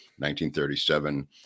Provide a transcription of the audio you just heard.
1937